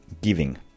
giving